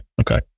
okay